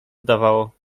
zdawało